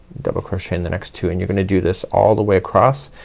double crochet in the next two and you're gonna do this all the way across.